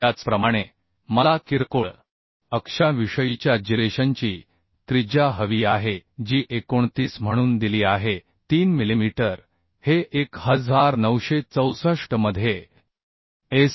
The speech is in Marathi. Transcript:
त्याचप्रमाणे मला किरकोळ अक्षांविषयीच्या जिरेशनची त्रिज्या हवी आहे जी 29 म्हणून दिली आहे 3 मिलिमीटर हे 1964 मध्ये एस